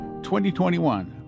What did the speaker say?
2021